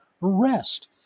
rest